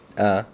uh